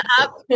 up